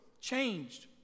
Changed